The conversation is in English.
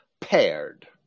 paired